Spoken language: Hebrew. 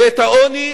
ואת העוני,